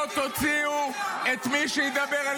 לא תוציאו את מי שידבר,